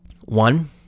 One